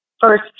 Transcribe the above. first